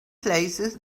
places